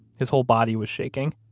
his whole body was shaking.